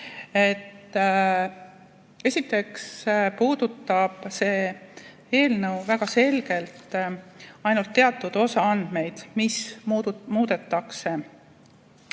Esiteks puudutab see eelnõu väga selgelt ainult teatud osa andmeid, n-ö väärtuslikke